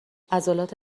عضلات